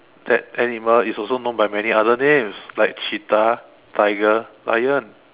that animal is also known by many other names like cheetah tiger lion